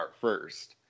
first